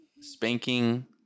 spanking